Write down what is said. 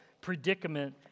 predicament